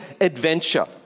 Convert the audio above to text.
adventure